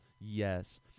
yes